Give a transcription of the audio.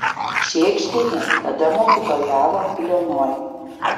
šėgždienė tada mokytojavo piliuonoj